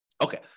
Okay